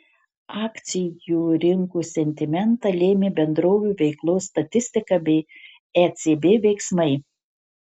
akcijų rinkų sentimentą lėmė bendrovių veiklos statistika bei ecb veiksmai